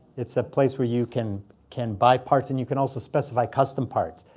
it's a place where you can can buy parts. and you can also specify custom parts.